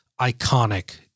iconic